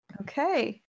Okay